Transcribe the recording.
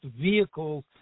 vehicles